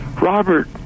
Robert